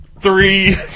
Three